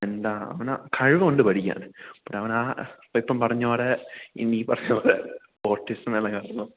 എന്താ അവന് കഴിവുണ്ട് പഠിക്കാൻ ഈ അവനാ ഈ ഇപ്പം പറഞ്ഞപോലെ പറഞ്ഞപോലെ കാരണം